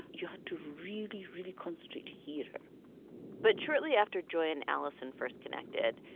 you had to really, really concentrate to hear her but shortly after joy and alison first connected,